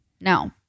Now